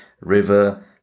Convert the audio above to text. river